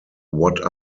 what